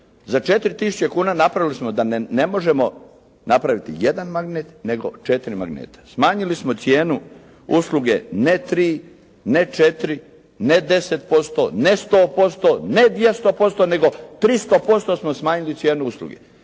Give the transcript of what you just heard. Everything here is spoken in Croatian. Za 4 tisuće kuna napravili smo da ne možemo napraviti 1 magnet nego 4 magneta. Smanjili smo cijenu usluge ne 3, ne 4, ne 10%, ne 100%, ne 200% nego 300% smo smanjili cijenu usluge.